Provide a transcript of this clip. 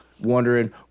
wondering